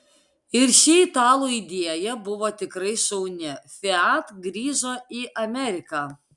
ir ši italų idėja buvo tikrai šauni fiat grįžo į ameriką